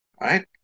Right